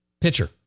pitcher